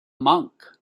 monk